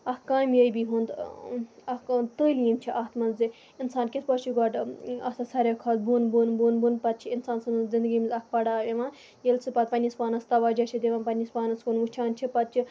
اکھ کامیٲبی ہُند اکھ تعلیٖم چھِ اَتھ منٛز زِ اِنسان کِتھ پٲٹھۍ چھُ گۄڈٕ اَتھ ساروی کھۄتہٕ بۄن بۄن بۄن بۄن پَتہٕ چھِ اِنسان سٕنز زِندگی منٛز اکھ پَڑاو یِوان ییٚلہِ سُہ پَتہٕ پَنٕنِس پانَس تَوجہہ چھِ دِوان پَنٕنِس پانَس کُن وٕچھان چھِ پَتہٕ چھِ